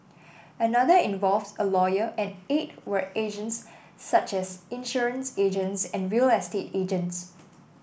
another involved a lawyer and eight were agents such as insurance agents and real estate agents